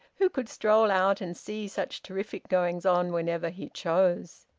who could stroll out and see such terrific goings-on whenever he chose.